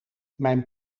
mijn